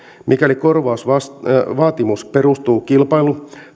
mikäli korvausvaatimus perustuu kilpailu